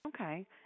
Okay